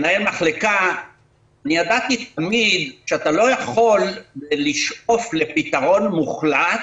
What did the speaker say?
כמנהל מחלקה ידעתי תמיד שאתה לא יכול לשאוף לפתרון מוחלט.